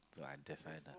so I decided not